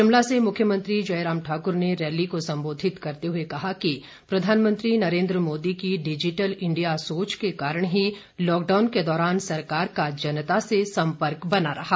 शिमला से मुख्यमंत्री जयराम ठाकुर ने रैली को संबोधित करते हुए कहा कि प्रधानमंत्री नरेंद्र मोदी की डिजिटल इंडिया सोच के कारण ही लॉकडाउन के दौरान सरकार का जनता के साथ संपर्क बना रहा